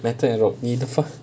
metal and rock lee defaq